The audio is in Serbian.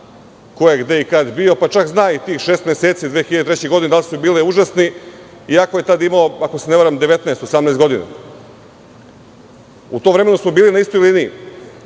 ko je, gde i kada bio, pa čak zna i tih šest meseci 2003. godine da li su bili užasni, iako je tad imao, ako se ne varam, 18, 19 godina. U tom vremenu smo bili na istoj liniji,